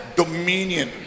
dominion